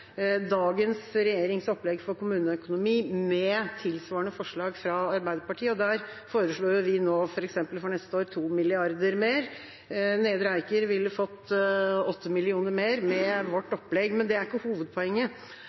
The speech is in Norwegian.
dagens regjerings opplegg for kommuneøkonomi med tilsvarende forslag fra Arbeiderpartiet, og der foreslår vi nå f.eks. for neste år 2 mrd. kr mer. Nedre Eiker ville fått 8 mill. kr mer med vårt opplegg. Men det er ikke hovedpoenget.